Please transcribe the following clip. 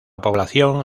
población